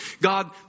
God